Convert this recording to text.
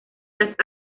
las